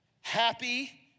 happy